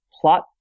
plot